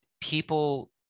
people